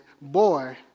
boy